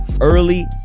early